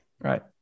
right